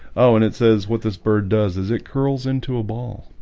oh, and it says what this bird does is it curls into a ball?